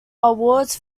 awards